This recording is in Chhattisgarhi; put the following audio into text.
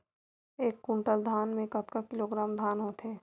एक कुंटल धान में कतका किलोग्राम धान होथे?